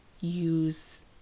use